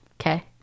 okay